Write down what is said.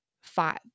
five